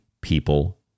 people